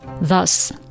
Thus